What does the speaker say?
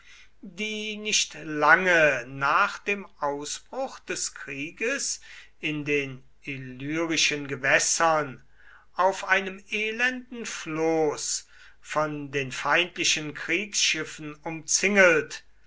die nicht lange nach dem ausbruch des krieges in den illyrischen gewässern auf einem elenden floß von den feindlichen kriegsschiffen umzingelt